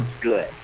good